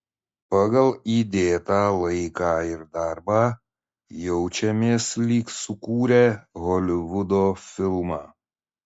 pagal įdėtą laiką ir darbą jaučiamės lyg sukūrę holivudo filmą